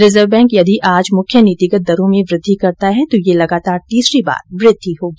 reserve bank यदि आज मुख्य नीतिगत दरों में वृद्धि करता है तो यह लगातार तीसरी बार वृद्धि होगी